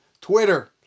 Twitter